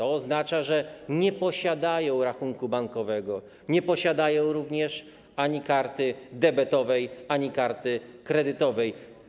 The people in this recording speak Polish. Oznacza to, że nie posiadają one rachunku bankowego, nie posiadają również ani karty debetowej, ani karty kredytowej.